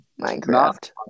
Minecraft